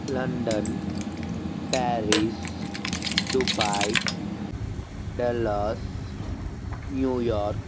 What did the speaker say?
London Paris Dubai Dallas New York